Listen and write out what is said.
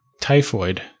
typhoid